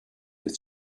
its